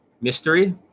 Mystery